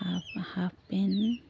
half half pant